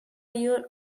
your